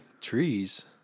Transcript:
Trees